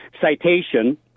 citation